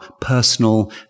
personal